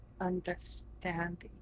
understanding